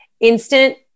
instant